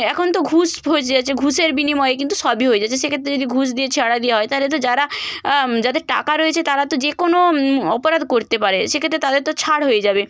এখন তো ঘুষ হয়েছে যাচ্ছে ঘুষের বিনিময়ে কিন্তু সবই হয়ে যাচ্ছে সেক্ষেত্রে যদি ঘুষ দিয়ে ছাড়া দেওয়া হয় তাহলে তো যারা যাদের টাকা রয়েছে তারা তো যে কোনো অপরাধ করতে পারে সেক্ষেত্রে তাদের তো ছাড় হয়ে যাবে